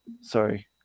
Sorry